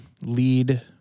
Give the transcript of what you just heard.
lead